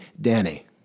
Danny